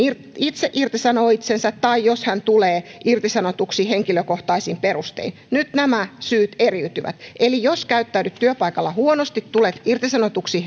itse irtisanoo itsensä tai jos hän tulee irtisanotuksi henkilökohtaisin perustein nyt nämä syyt eriytyvät eli jos käyttäydyt työpaikalla huonosti ja tulet irtisanotuksi